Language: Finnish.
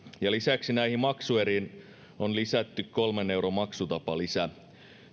ja lisäksi näihin maksueriin on lisätty kolmen euron maksutapalisä